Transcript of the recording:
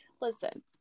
Listen